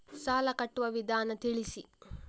ಸಾಲ ಕಟ್ಟುವ ವಿಧಾನ ತಿಳಿಸಿ?